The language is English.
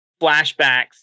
flashbacks